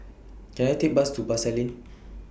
Can I Take Bus to Pasar Lane